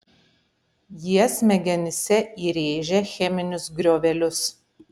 jie smegenyse įrėžia cheminius griovelius